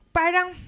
parang